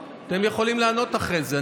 אתם יכולים לענות אחרי זה.